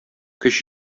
көч